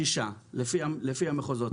6, לפי המחוזות.